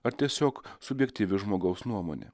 ar tiesiog subjektyvi žmogaus nuomonė